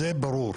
זה ברור,